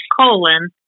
colon